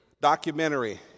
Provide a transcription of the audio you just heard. documentary